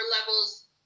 levels